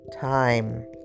time